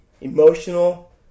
emotional